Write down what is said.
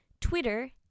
Twitter